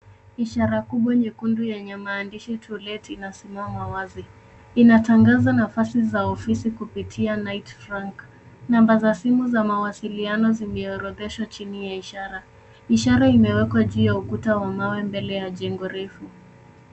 Ishara kubwa nyekundu yenye maandishi to let inasimama wazi. Inatangaza nafasi za ofisi kupitia [ cs] night rank . Mamba za ofisi za mawasiliano zimeorodheshwa chini ya ishara. Ishara imewekwa juu ya kuta ya mawe yenye jengo refu.